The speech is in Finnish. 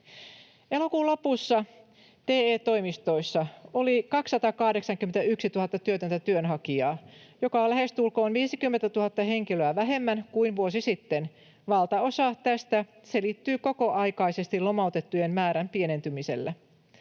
Elokuun lopussa TE-toimistoissa oli 281 000 työtöntä työnhakijaa, mikä on lähestulkoon 50 000 henkilöä vähemmän kuin vuosi sitten. Valtaosa tästä selittyy kokoaikaisesti lomautettujen määrän pienentymisellä.